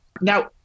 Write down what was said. now